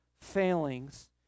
failings